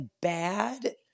bad